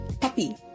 puppy